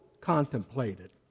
contemplated